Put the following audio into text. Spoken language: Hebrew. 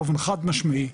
באופן חד משמעי.